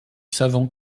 savant